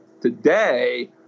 today